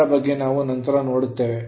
ಇದರ ಬಗ್ಗೆ ನಾವು ನಂತರ ನೋಡುತ್ತೇವೆ